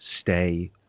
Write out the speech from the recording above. stay